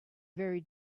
very